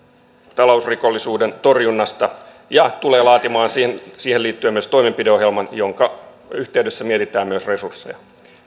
talousrikollisuuden torjunnasta ja tulee laatimaan siihen siihen liittyen myös toimenpideohjelman jonka yhteydessä mietitään myös resursseja